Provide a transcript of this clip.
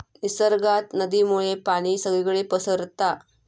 निसर्गात नदीमुळे पाणी सगळीकडे पसारता